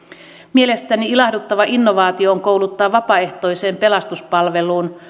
mielestäni ilahduttava innovaatio on kouluttaa vapaaehtoiseen pelastuspalveluun